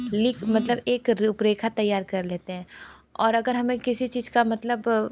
लिख मतलब एक रूपरेखा तैयार कर लेते हैं और अगर हमें किसी चीज का मतलब